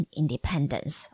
independence